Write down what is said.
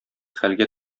хәлгә